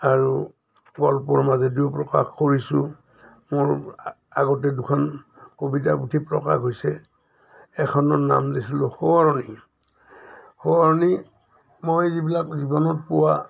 আৰু গল্পৰ মাজেদিও প্ৰকাশ কৰিছোঁ মোৰ আগতে দুখন কবিতা পুঠি প্ৰকাশ হৈছে এখনৰ নাম দিছিলোঁ সোঁৱৰণি সোঁৱৰণি মই যিবিলাক জীৱনত পোৱা